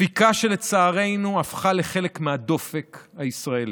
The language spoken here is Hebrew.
דפיקה שלצערנו הפכה לחלק מהדופק הישראלי.